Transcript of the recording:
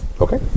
Okay